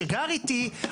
שגר איתי,